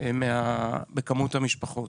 במספר המשפחות.